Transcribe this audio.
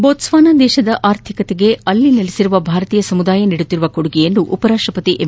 ಬೋಟ್ಪಾನಾ ದೇಶದ ಆರ್ಥಿಕತೆಗೆ ಅಲ್ಲಿ ನೆಲೆಸಿರುವ ಭಾರತೀಯ ಸಮುದಾಯ ನೀಡುತ್ತಿರುವ ಕೊಡುಗೆಯನ್ನು ಉಪರಾಷ್ಟ ಪತಿ ಎಂ